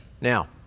Now